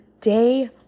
day